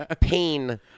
Pain